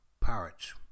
Pirates